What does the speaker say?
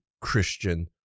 Christian